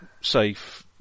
safe